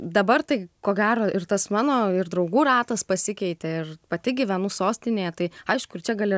dabar tai ko gero ir tas mano ir draugų ratas pasikeitė ir pati gyvenu sostinėje tai aišku ir čia gali